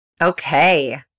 Okay